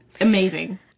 amazing